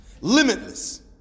Limitless